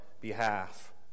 behalf